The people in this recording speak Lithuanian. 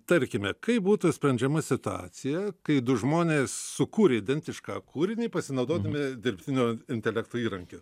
tarkime kaip būtų sprendžiama situacija kai du žmonės sukūrė identišką kūrinį pasinaudodami dirbtinio intelekto įrankiu